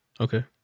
Okay